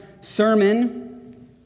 sermon